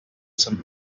some